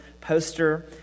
poster